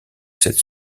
cette